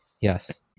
Yes